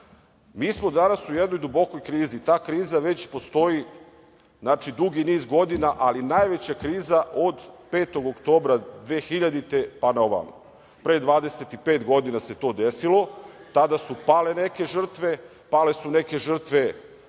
Mi smo danas u jednoj dubokoj krizi, a ta kriza već postoji dugi niz godina, ali najveća kriza od 5. oktobra 2000. godina, pa na ovamo, pre 25 godina se to desilo. Tada su pale neke žrtve, pale su neke žrtve